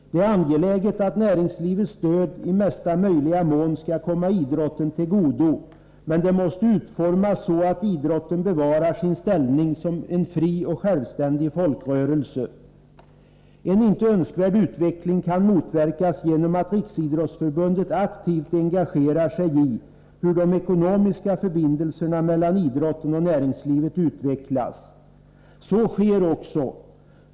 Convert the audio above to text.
Det är angeläget att näringslivets stöd i mesta möjliga mån kommer idrotten till godo. Men stödet måste utformas så att idrotten bevarar sin ställning som en fri och självständig folkrörelse. En inte önskvärd utveckling kan motverkas genom att Riksidrottsförbundet aktivt engagerar sig i hur de ekonomiska förbindelserna mellan idrotten och näringslivet utvecklas. Så sker också.